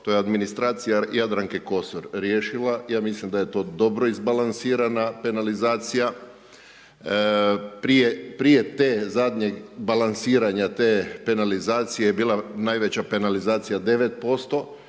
to je administracija Jadranke Kosor riješila. Ja mislim da je to dobro izbalansirana penalizacija, prije te zadnje balansiranja te penalizacije je bila najveća penalizacija 9%,